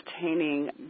obtaining